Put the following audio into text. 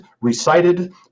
recited